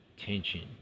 tension